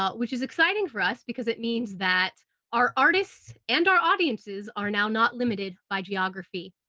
ah which is exciting for us because it means that our artists and our audiences are now not limited by geography.